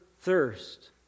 thirst